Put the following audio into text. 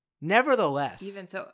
nevertheless—